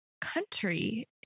country